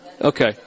Okay